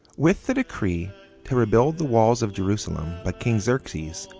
with the decree to rebuild the walls of jerusalem, by king xerxes,